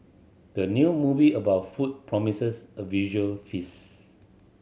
the new movie about food promises a visual feast